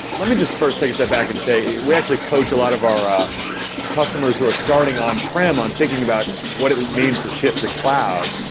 let me just first take a step back and say, we actually coach a lot of our ah customers who are starting on-prem on thinking about what it means to shift to cloud.